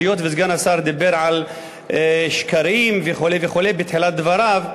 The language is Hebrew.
היות שסגן השר דיבר על שקרים וכו' וכו' בתחילת דבריו,